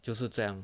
就是这样